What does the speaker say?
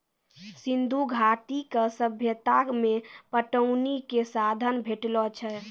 सिंधु घाटी के सभ्यता मे पटौनी के साधन भेटलो छै